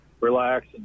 relax